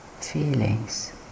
feelings